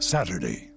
Saturday